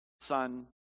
Son